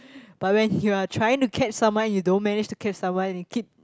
but when you're trying to catch someone you don't manage to catch someone and you keep